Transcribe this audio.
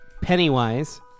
pennywise